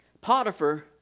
Potiphar